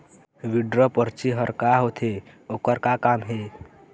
Withdraw परची हर का होते, ओकर का काम हे?